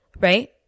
Right